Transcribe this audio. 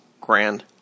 Grand